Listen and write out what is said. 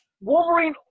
Wolverine